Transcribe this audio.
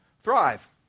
thrive